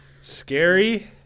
Scary